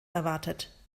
erwartet